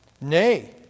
Nay